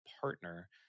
partner